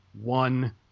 one